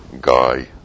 guy